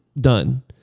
Done